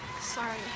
sorry